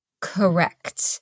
Correct